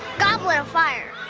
goblet of fire.